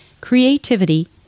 Creativity